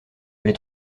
les